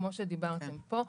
כמו שדיברתם פה,